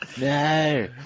no